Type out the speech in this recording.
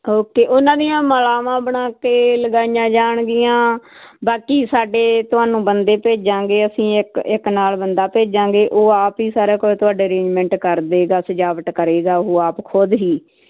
okay ਉਹਨਾਂ ਦੀਆਂ ਮਾਲਾਵਾਂ ਬਣਾ ਕੇ ਲਗਾਈਆਂ ਜਾਣਗੀਆਂ ਬਾਕੀ ਸਾਡੇ ਤੁਹਾਨੂੰ ਬੰਦੇ ਭੇਜਾਂਗੇ ਅਸੀਂ ਇੱਕ ਇੱਕ ਨਾਲ ਬੰਦਾ ਭੇਜਾਂਗੇ ਉਹ ਆਪ ਹੀ ਸਾਰਾ ਕੁਝ ਤੁਹਾਡੇ ਅਰੇਂਜਮੈਂਟ ਕਰ ਦੇਗਾ ਸਜਾਵਟ ਕਰੇਗਾ ਉਹ ਆਪ ਖੁਦ ਹੀ